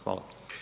Hvala.